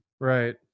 Right